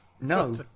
No